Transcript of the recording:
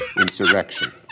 insurrection